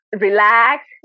relax